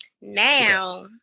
now